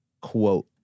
quote